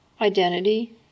Identity